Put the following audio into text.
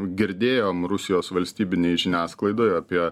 girdėjom rusijos valstybinėj žiniasklaidoje apie